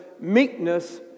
meekness